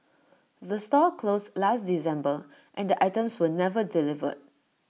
the store closed last December and items were never delivered